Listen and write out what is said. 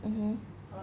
mmhmm